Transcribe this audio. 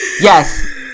yes